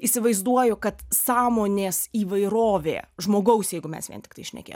įsivaizduoju kad sąmonės įvairovė žmogaus jeigu mes vien tiktai šnekė